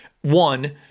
One